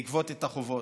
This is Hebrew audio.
לגבות את החובות,